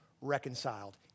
reconciled